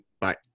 Bye